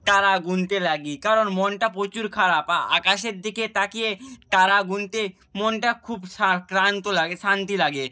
তারা গুনতে লাগি কারণ মনটা প্রচুর খারাপ আকাশের দিকে তাকিয়ে তারা গুনতে মনটা খুব শা ক্লান্ত লাগে শান্তি লাগে